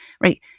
Right